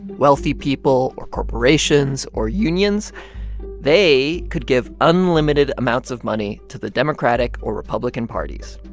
wealthy people or corporations or unions they could give unlimited amounts of money to the democratic or republican parties.